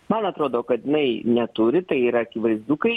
man atrodo kad jinai neturi tai yra akivaizdu kai